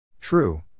True